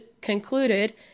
concluded